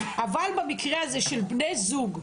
אבל במקרה הזה של בני זוג שנרצחים,